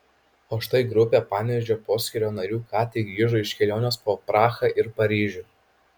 o štai grupė panevėžio poskyrio narių ką tik grįžo iš kelionės po prahą ir paryžių